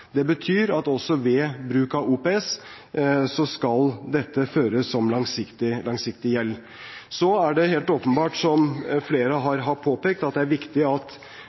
Det betyr at også ved bruk av OPS skal dette føres som langsiktig gjeld. Så er det helt åpenbart, som flere har påpekt, at det er viktig at